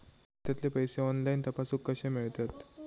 खात्यातले पैसे ऑनलाइन तपासुक कशे मेलतत?